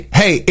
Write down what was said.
hey